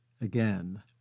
again